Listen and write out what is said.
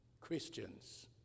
Christians